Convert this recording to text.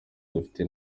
dufite